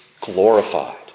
glorified